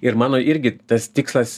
ir mano irgi tas tikslas